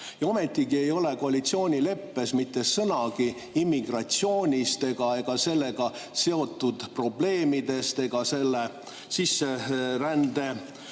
Ometigi ei ole koalitsioonileppes mitte sõnagi immigratsioonist, sellega seotud probleemidest ega sisserände